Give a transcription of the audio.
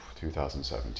2017